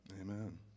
Amen